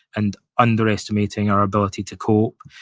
and underestimating our ability to cope.